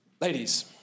Ladies